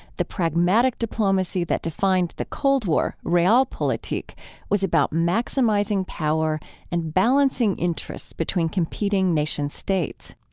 the pragmatic diplomacy that defined the cold war realpolitik was about maximizing power and balancing interests between competing nation-states.